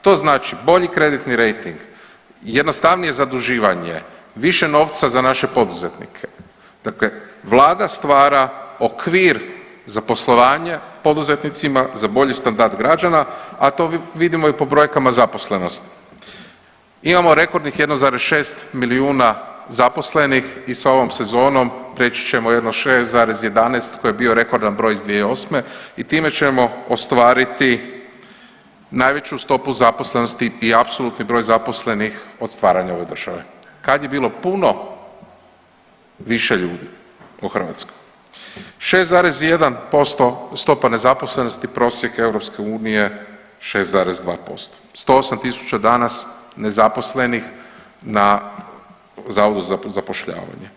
To znači bolji kreditni rejting, jednostavnije zaduživanje, više novca za naše poduzetnike, dakle vlada stvara okvir za poslovanje poduzetnicima, za bolji standard građana, a to vidimo i po brojkama zaposlenosti, imamo rekordnih 1,6 milijuna zaposlenih i sa ovom sezonom preći ćemo jedno 6,11 koji je bio rekordan broj iz 2008. i time ćemo ostvariti najveću stopu zaposlenosti i apsolutni broj zaposlenih od stvaranja ove države kad je bilo puno više ljudi u Hrvatskoj, 6,1% stopa nezaposlenosti, prosjek EU 6,2%, 108 tisuća danas nezaposlenih na Zavodu za zapošljavanje.